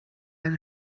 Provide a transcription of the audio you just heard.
eine